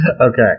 Okay